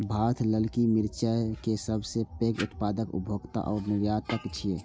भारत ललकी मिरचाय के सबसं पैघ उत्पादक, उपभोक्ता आ निर्यातक छियै